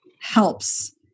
helps